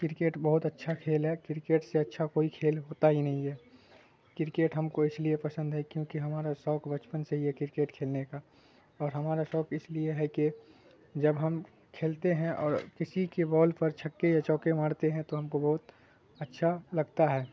cricket بہت اچھا کھیل ہے کرکٹ سے اچھا کوئی کھیل ہوتا ہی نہیں ہے کرکٹ ہم کو اس لیے پسند ہے کیونکہ ہمارا شوق بچپن سے ہی ہے کرکٹ کھیلنے کا اور ہمارا شوق اس لیے ہے کہ جب ہم کھیلتے ہیں اور کسی کے بال پر چھکے یا چوکے مارتے ہیں تو ہم کو بہت اچھا لگتا ہے